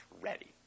ready